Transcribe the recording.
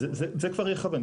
זה כבר יכוון.